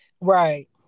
Right